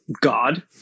god